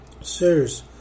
Sirs